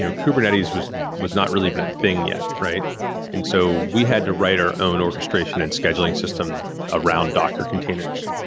you know kubernetes was was not really been a thing yet. and so we had to write our own orchestration and scheduling system around docker containers.